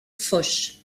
foch